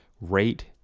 rate